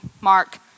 Mark